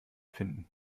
finden